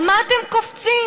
על מה אתם קופצים?